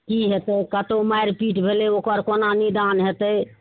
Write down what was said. की होयतै कतहुँ मारि पीट भेलै ओकर कोना निदान होयतै